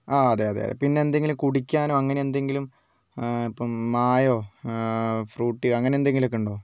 ആ അതെ അതെ പിന്നെ എന്തെങ്കിലും കുടിക്കാനോ അങ്ങനെയെന്തെങ്കിലും ആ ഇപ്പം മായോ ഫ്രൂട്ടിയോ അങ്ങനെ എന്തെങ്കിലുമൊക്കെയുണ്ടോ